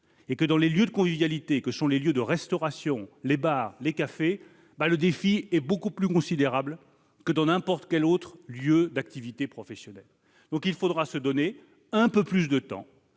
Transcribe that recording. Or dans les lieux de convivialité que sont les restaurants, les bars, ou les cafés, le défi est beaucoup plus considérable que dans n'importe quel autre lieu d'activité professionnelle. Il faudra donc se donner un peu plus de temps